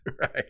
Right